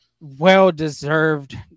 Well-deserved